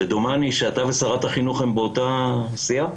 ודומני שאתה ושרת החינוך באותה סיעה?